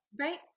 Right